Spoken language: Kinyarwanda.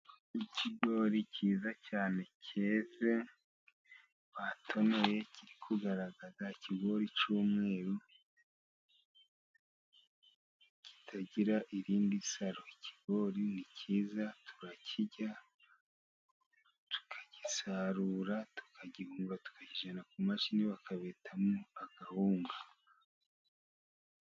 Ikigori cyiza cyane cyeze batonoye ,kiri kugaragaza ikigori cy'umweru kitagira irindi saro. Ikigori ni cyiza turakirya, tukagisarura, tukagihungura, tukakijyana ku mashini bakabetamo agahunga.